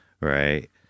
right